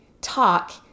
talk